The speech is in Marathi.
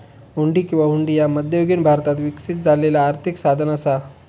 हुंडी किंवा हुंडी ह्या मध्ययुगीन भारतात विकसित झालेला आर्थिक साधन असा